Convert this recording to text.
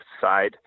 side